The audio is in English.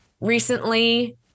recently